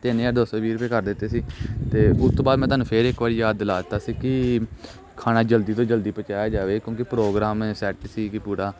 ਤਿੰਨ ਹਜ਼ਾਰ ਦੋ ਸੌ ਵੀਹ ਰੁਪਏ ਕਰ ਦਿੱਤੇ ਸੀ ਅਤੇ ਉਸ ਤੋਂ ਬਾਅਦ ਮੈਂ ਤੁਹਾਨੂੰ ਫਿਰ ਇੱਕ ਵਾਰੀ ਯਾਦ ਦਿਵਾ ਦਿਲਾ ਸੀ ਕਿ ਖਾਣਾ ਜਲਦੀ ਤੋਂ ਜਲਦੀ ਪਹੁੰਚਾਇਆ ਜਾਵੇ ਕਿਉਂਕਿ ਪ੍ਰੋਗਰਾਮ ਸੈਟ ਸੀ ਪੂਰਾ